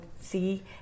see